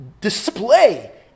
display